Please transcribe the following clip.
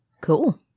Cool